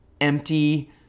empty